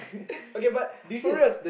okay but for reals